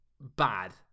bad